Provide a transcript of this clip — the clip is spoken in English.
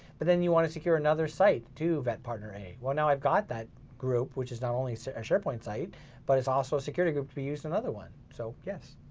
but then you wanna secure another site to that partner a. well, now i've got that group which is not only so a sharepoint site but it's also a security group to be used in another one, so yes.